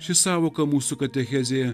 ši sąvoka mūsų katechezėje